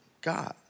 god